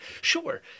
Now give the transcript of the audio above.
sure